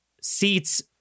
seats